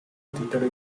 titolo